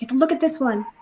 look at this one.